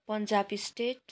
Punjab state